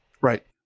Right